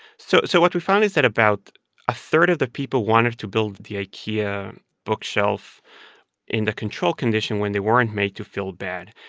so so what we found is that about a third of the people wanted to build the ikea bookshelf in the control condition when they weren't made to feel bad.